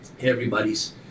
everybody's